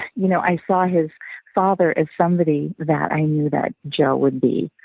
you know i saw his father as somebody that i knew that joe would be.